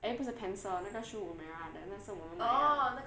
eh 不是 pencil 那个 Shu Uemura 的那次我们买的